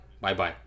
Bye-bye